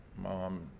mom